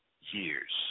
years